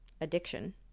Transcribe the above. addiction